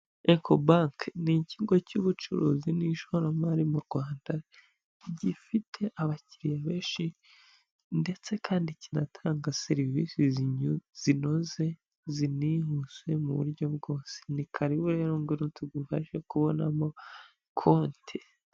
Eko banke ni ikigo cy'ubucuruzi n'ishoramari mu Rwanda, gifite abakiriya benshi ndetse kandi kinatanga serivise zinoze zinihuse mu buryo bwose. Ni karibu ngwino tugufashe kubonamo konte.